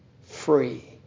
free